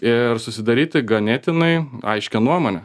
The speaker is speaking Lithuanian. ir susidaryti ganėtinai aiškią nuomonę